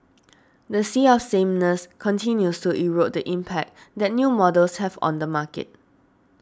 the sea of sameness continues to erode the impact that new models have on the market